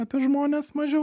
apie žmones mažiau